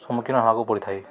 ସମ୍ମୁଖୀନ ହେବାକୁ ପଡ଼ିଥାଏ